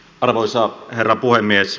arvoisa herra puhemies